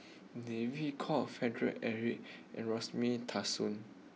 David Kwo Alfred Eric and Rosemary